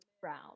brown